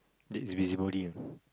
that's busybody ah